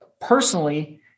personally